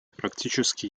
практически